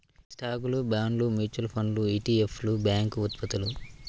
స్టాక్లు, బాండ్లు, మ్యూచువల్ ఫండ్లు ఇ.టి.ఎఫ్లు, బ్యాంక్ ఉత్పత్తులు